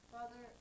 Father